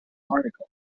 article